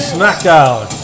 Smackdown